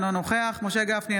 אינו נוכח משה גפני,